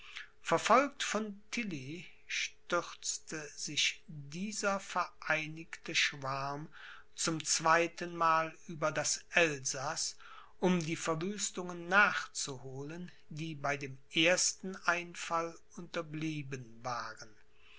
verfolgt von tilly stürzte sich dieser vereinigte schwarm zum zweitenmal über das elsaß um die verwüstungen nachzuholen die bei dem ersten einfall unterblieben waren